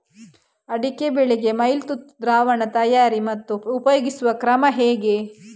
ಅಡಿಕೆ ಬೆಳೆಗೆ ಮೈಲುತುತ್ತು ದ್ರಾವಣ ತಯಾರಿ ಮತ್ತು ಉಪಯೋಗಿಸುವ ಕ್ರಮ ಹೇಗೆ?